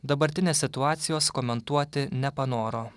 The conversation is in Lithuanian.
dabartinės situacijos komentuoti nepanoro